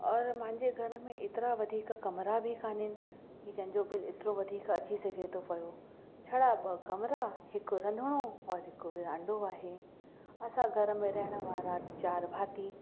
औरि मुंहिंजे घर में एतिरा वधीक कमरा बि कोन आहिनि की जंहिंजो बिल एतिरो वधीक अची सघे थो पियो छड़ा ॿ कमरा हिकु रंधिणो और हिकु विरांडो आहे असां घर में रहण वारा चारि भाती